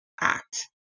act